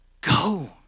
Go